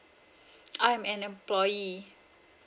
I am an employee